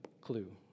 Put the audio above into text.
clue